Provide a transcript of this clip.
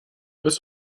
bis